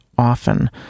often